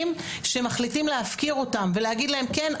שמחליטים להפקיר אותם ולהגיד להם 'כן,